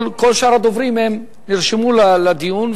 כל שאר הדוברים נרשמו לדיון,